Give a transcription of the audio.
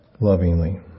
lovingly